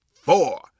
four